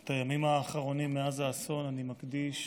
את הימים האחרונים מאז האסון אני מקדיש